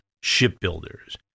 shipbuilders